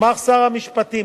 מוסמך שר המשפטים,